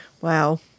Wow